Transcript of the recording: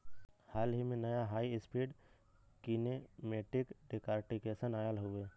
हाल ही में, नया हाई स्पीड कीनेमेटिक डिकॉर्टिकेशन आयल हउवे